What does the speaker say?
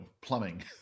plumbing